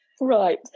Right